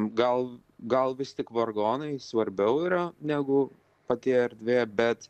gal gal vis tik vargonai svarbiau yra negu pati erdvė bet